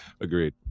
agreed